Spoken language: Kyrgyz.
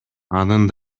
анын